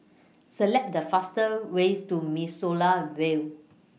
Select The faster ways to Mimosa Vale